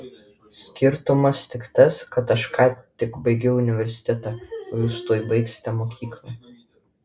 skirtumas tik tas kad aš ką tik baigiau universitetą o jūs tuoj baigsite mokyklą